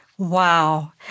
Wow